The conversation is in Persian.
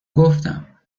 گفتم